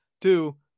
Two